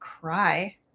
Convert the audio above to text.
cry